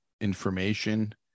information